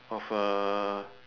of uh